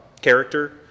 character